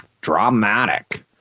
dramatic